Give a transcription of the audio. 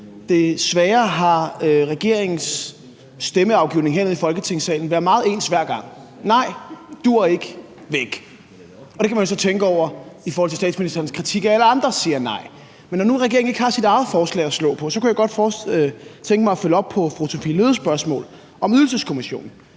Desværre har regeringens stemmeafgivning hernede i Folketingssalen været meget ens hver gang: Nej, duer ikke, væk! Det kan man så tænke over med tanke på statsministerens kritik af, at alle andre siger nej. Men når nu regeringen ikke har sit eget forslag at slå på, så kunne jeg godt tænke mig at følge op på fru Sophie Løhdes spørgsmål om Ydelseskommissionen.